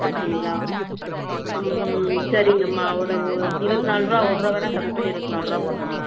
அப்படிங்களா சரிங்கம்மா ஒரு ஒரு இருபத் நால்ரூவா ஒர்ரூவா வேணா கம்மி பண்ணி இருபத்தி நால்ரூவா போடுறேம்மா